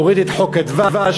הוריד את חוק הדבש,